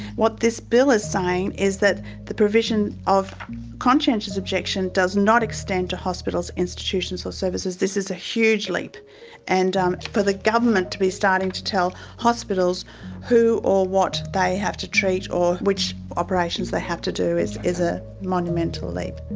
what this bill is saying is that the provision of conscientious objection does not extend to hospitals, institutions or services. this is a huge leap and um for the government to be starting to tell hospitals who or what they have to treat or which operations they have to do is is a monumental leap.